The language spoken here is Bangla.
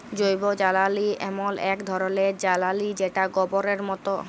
জৈবজ্বালালি এমল এক ধরলের জ্বালালিযেটা গবরের মত